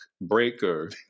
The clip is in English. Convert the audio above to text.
Breaker